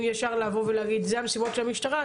ישר לבוא ולהגיד זה המשימות של המשטרה,